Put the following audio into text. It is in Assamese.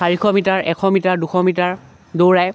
চাৰিশ মিটাৰ এশ মিটাৰ দুশ মিটাৰ দৌৰাই